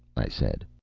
i said.